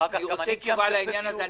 ואני רוצה תשובה לעניין הזה.